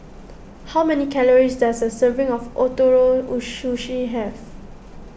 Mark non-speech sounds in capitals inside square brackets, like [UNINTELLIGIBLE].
how many calories does a serving of Ootoro [UNINTELLIGIBLE] Sushi have